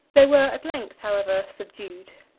they were at length, however, subdued.